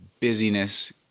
busyness